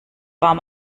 warm